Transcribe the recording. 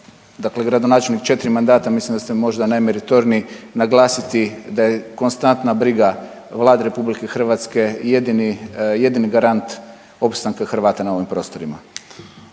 dakle gradonačelnik 4 mandata mislim da ste možda najmeritorniji naglasiti da je konstantna briga Vlade RH jedini, jedini garant opstanka Hrvata na ovim prostorima.